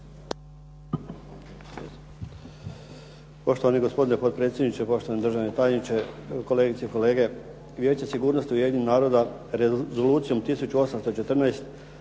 Poštovani gospodine potpredsjedniče, poštovani državni tajniče, kolegice i kolege. Vijeće sigurnosti Ujedinjenih naroda Rezolucijom 1814